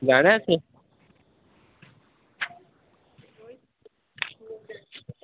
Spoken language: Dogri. जाना तुसें